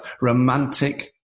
romantic